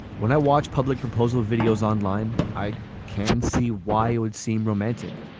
when i watch public proposal videos online i can see why it would seem romantic.